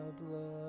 blood